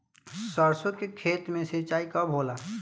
सरसों के खेत मे सिंचाई कब होला?